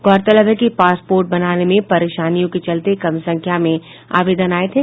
गौरतलब है कि पासपोर्ट बनाने में परेशानियों के चलते कम संख्या में आवेदन आये थे